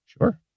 Sure